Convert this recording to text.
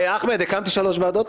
הקמתי שלוש ועדות.